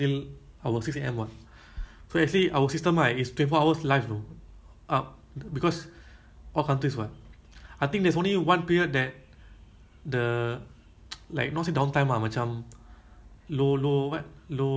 ah nobody use or low traffic is like singapore seven P_M ah because that time that time australia all finish all the thailand all finish right ja~ japan all ahead [what] only U_K lah then U_S just wake up [what] that time